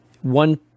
one